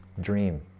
Dream